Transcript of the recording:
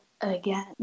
again